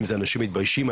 האם אנשים מתביישים?